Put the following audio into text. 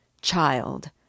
Child